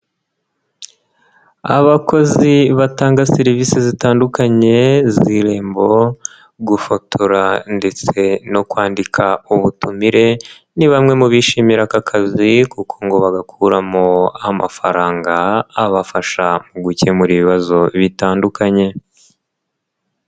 Abakozi batanga serivisi zitandukanye z'irembo, gufotora ndetse no kwandika ubutumire, ni bamwe mu bishimira aka kazi kuko ngo bagakuramo amafaranga abafasha mu gukemura ibibazo bitandukanye.